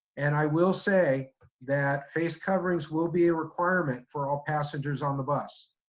and i will say that face coverings will be a requirement for all passengers on the bus.